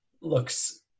looks